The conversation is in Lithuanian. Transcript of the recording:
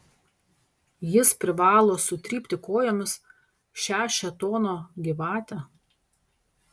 jis privalo sutrypti kojomis šią šėtono gyvatę